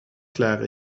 klaar